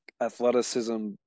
athleticism